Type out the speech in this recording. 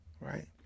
right